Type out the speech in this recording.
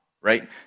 right